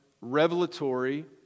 revelatory